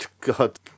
God